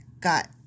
got